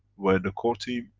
where the core team,